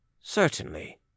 certainly